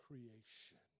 Creation